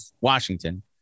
Washington